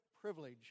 privilege